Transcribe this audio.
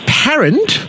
parent